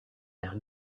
air